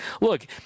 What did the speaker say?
Look